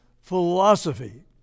philosophy